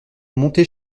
monter